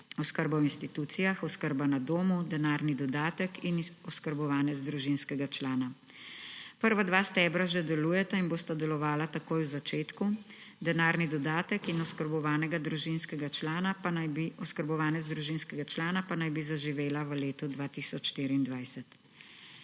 oskrba v institucijah, oskrba na domu, denarni dodatek in oskrbovanec družinskega člana. Prva dva stebra že delujeta in bosta delovala takoj v začetku, denarni dodatek in oskrbovanec družinskega člana pa naj bi zaživela v letu 2024.